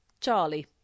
Charlie